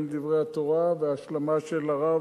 עם דברי התורה וההשלמה של הרב,